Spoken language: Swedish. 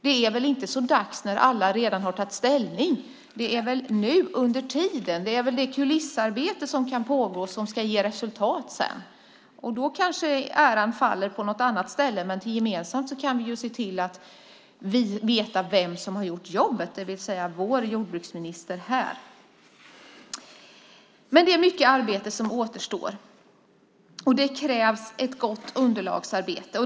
Det är väl inte så dags när alla redan har tagit ställning - det är väl det kulissarbete som kan pågå nu som kan ge resultat sedan? Då kanske äran faller på någon annan, men vi kan se till att vi ändå vet vem som har gjort jobbet, det vill säga vår jordbruksminister. Men det är mycket arbete som återstår, och det krävs ett bra underlagsarbete.